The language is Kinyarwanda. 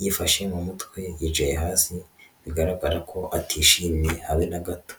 yifashe mu mutwe, yicaye hasi bigaragara ko atishimye habe na gato.